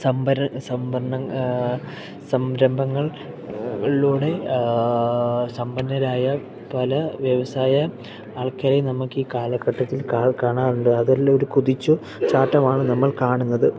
സമ്പന്ന സമ്പർണങ്ങ സംരംഭങ്ങൾ ലൂടെ സമ്പന്നരായ പല വ്യവസായ ആൾക്കാരേം നമുക്കീ കാലഘട്ടത്തിൽ കാൽ കാണാറുണ്ട് അതിൽ ഒരു കുതിച്ചു ചാട്ടമാണ് നമ്മൾ കാണുന്നത്